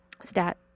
stat